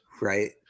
right